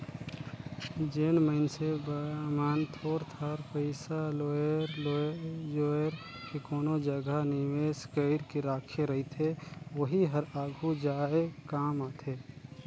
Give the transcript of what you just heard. जेन मइनसे मन थोर थार पइसा लोएर जोएर के कोनो जगहा निवेस कइर के राखे रहथे ओही हर आघु जाए काम आथे